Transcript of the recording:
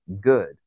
good